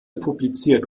publiziert